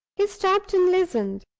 he stopped and listened.